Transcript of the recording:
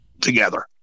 together